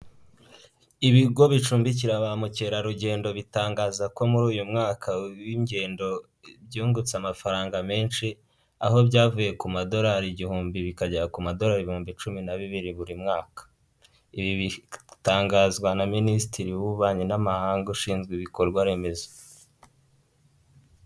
Ibigo bicumbikira ba mukerarugendo, bitangaza ko muri uyu mwaka w'ingendo byungutse amafaranga menshi, aho byavuye ku madorari igihumbi bikagera ku madorari ibihumbi cumi na bibiri buri mwaka. Ibi bitangazwa na Minisitiri w'Ububanyi n'Amahanga ushinzwe ibikorwa remezo.